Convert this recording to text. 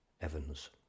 Evans